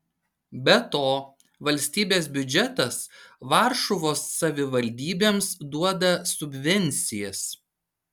be to valstybės biudžetas varšuvos savivaldybėms duoda subvencijas